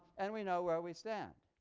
and we know where we stand.